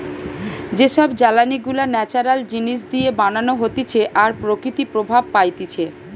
যে সব জ্বালানি গুলা ন্যাচারাল জিনিস দিয়ে বানানো হতিছে আর প্রকৃতি প্রভাব পাইতিছে